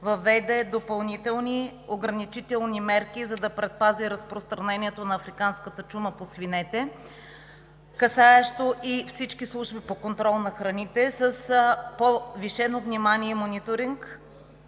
въведе допълнителни ограничителни мерки, за да предпази разпространението на африканската чума по свинете, касаещо и всички служби по контрол на храните – да следят с повишено внимание и мониторинг